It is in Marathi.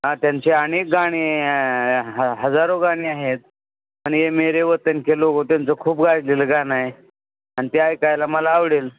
हा त्यांचे अनेक गाणे ह हजारो गाणे आहेत आणि हे मेरे वतन के लोगो त्यांच खूप गाजलेलं गाणं आहे आणि ते ऐकायला मला आवडेल